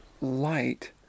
light